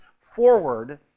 forward